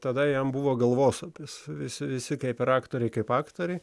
tada jam buvo galvosūkis visi visi kaip ir aktoriai kaip aktoriai